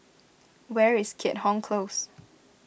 where is Keat Hong Close